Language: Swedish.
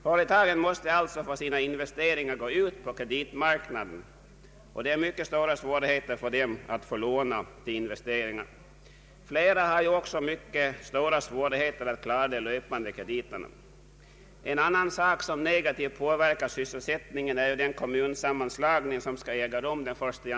Företagen måste alltså för sina investeringar gå ut på kreditmarknaden, och det föreligger mycket stora svårigheter för dem att få låna till investeringar. Flera har ju också stora svårigheter att klara de löpande krediterna. En annan sak som negativt påverkar sysselsättningen är kommunsammanslagningen.